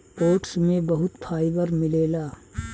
oats में बहुत fibre मिलेला